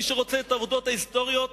מי שרוצה את העובדות ההיסטוריות